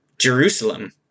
jerusalem